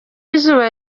izuba